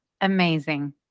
Amazing